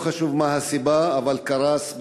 לא חשוב מה הסיבה, אבל קרס בית,